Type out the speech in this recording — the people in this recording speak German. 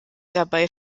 dabei